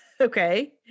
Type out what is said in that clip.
okay